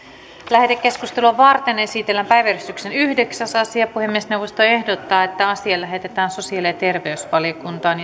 lähetekeskustelua varten esitellään päiväjärjestyksen yhdeksäs asia puhemiesneuvosto ehdottaa että asia lähetetään sosiaali ja terveysvaliokuntaan